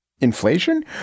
inflation